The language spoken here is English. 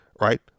right